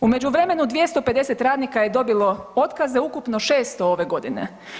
U međuvremenu 250 radnika je dobilo otkaze, ukupno 600 ove godine.